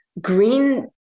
green